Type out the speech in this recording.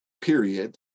period